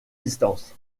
distance